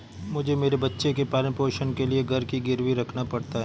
मुझे मेरे बच्चे के पालन पोषण के लिए घर को गिरवी रखना पड़ा था